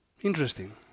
Interesting